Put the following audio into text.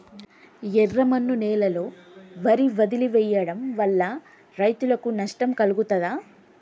ఎర్రమన్ను నేలలో వరి వదిలివేయడం వల్ల రైతులకు నష్టం కలుగుతదా?